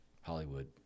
Hollywood